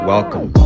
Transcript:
Welcome